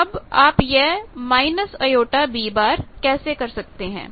अब आप यह jB कैसे कर सकते हैं